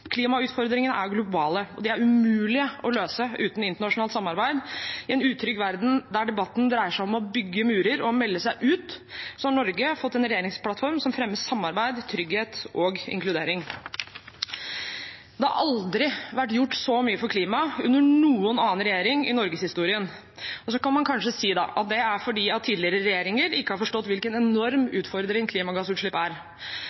Klimautfordringene er globale, og de er det umulig å løse uten internasjonalt samarbeid. I en utrygg verden der debatten dreier seg om å bygge murer og å melde seg ut, har Norge fått en regjeringsplattform som fremmer samarbeid, trygghet og inkludering. Det har aldri vært gjort så mye for klima under noen annen regjering i norgeshistorien. Så kan man kanskje si at det er fordi tidligere regjeringer ikke har forstått hvilken enorm utfordring klimagassutslipp er.